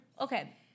Okay